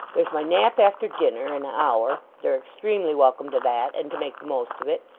there's my nap after dinner an hour they're extremely welcome to that, and to make the most of it.